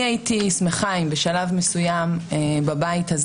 הייתי שמחה אם בשלב מסוים בבית הזה